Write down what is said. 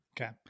Okay